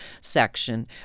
section